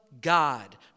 God